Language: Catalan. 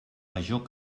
major